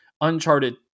uncharted